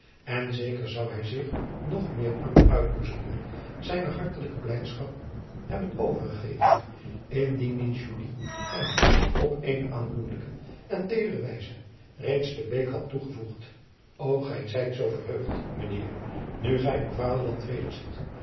en zeker zou hij zich nog meer aan de uitboezemingen zijner hartelijke blijdschap hebben overgegeven indien niet hem op eene aandoenlijke en teedere wijze reeds te eek had toegevoerd o ij zijt zoo verheugd mijn eer nu gij uw vaderland wederziet